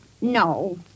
No